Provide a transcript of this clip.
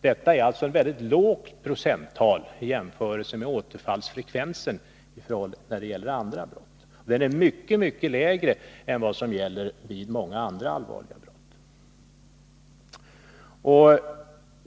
Det är alltså ett väldigt lågt procenttal i jämförelse med återfallsfrekvensen när det gäller andra brott, och den är mycket lägre än vad som gäller för många andra allvarliga brott.